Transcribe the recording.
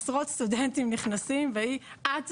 עשרות סטודנטים נכנסים והיא 'זו את,